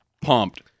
pumped